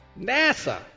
NASA